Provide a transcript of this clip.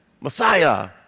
Messiah